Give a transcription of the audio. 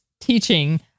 teaching